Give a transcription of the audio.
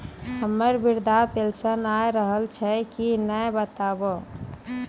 हमर वृद्धा पेंशन आय रहल छै कि नैय बताबू?